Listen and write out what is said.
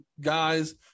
guys